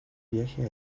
viaje